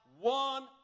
one